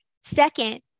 second